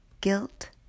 guilt